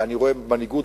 ואני רואה מנהיגות,